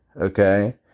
Okay